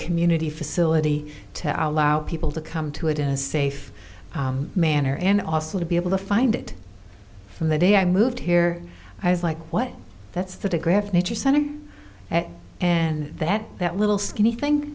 community facility to allow people to come to it in a safe manner and also to be able to find it from the day i moved here i was like what that's the digraph nature center and that that little skinny thin